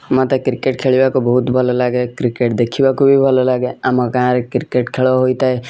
ମୋତେ କ୍ରିକେଟ ଖେଳିବାକୁ ବହୁତ ଭଲ ଲାଗେ କ୍ରିକେଟ ଦେଖିବାକୁ ବି ଭଲ ଲାଗେ ଆମ ଗାଁରେ କ୍ରିକେଟ ଖେଳ ହୋଇଥାଏ